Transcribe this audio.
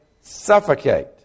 suffocate